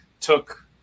took